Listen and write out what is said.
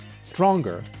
stronger